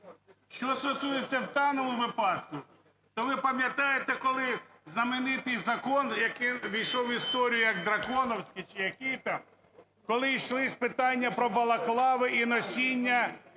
Що стосується в даному випадку, то ви пам'ятаєте, коли знаменитий закон, який увійшов в історію як драконівський, чи який там, коли йшлись питання про балаклави і носіння